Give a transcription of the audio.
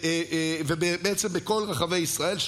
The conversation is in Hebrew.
ובעצם בכל רחבי ישראל,